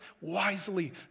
wisely